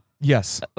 Yes